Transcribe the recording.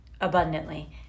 abundantly